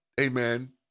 amen